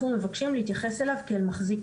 אנחנו מבקשים להתייחס אליו כאל מחזיק